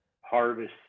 harvest